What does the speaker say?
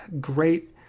great